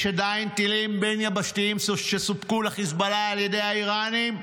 יש עדיין טילים בין-יבשתיים שסופקו לחיזבאללה על ידי האיראנים,